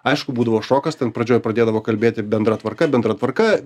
aišku būdavo šokas ten pradžioj pradėdavo kalbėti bendra tvarka bendra tvarka